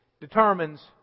determines